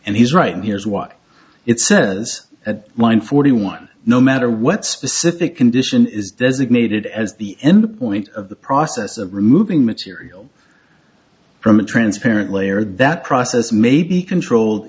and he's right here's what it says at one forty one no matter what specific condition is designated as the end point of the process of removing material from a transparent layer that process may be controlled